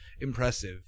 impressive